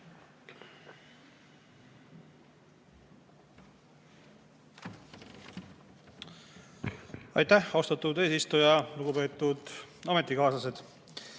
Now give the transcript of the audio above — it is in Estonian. Aitäh, austatud eesistuja! Lugupeetud ametikaaslased!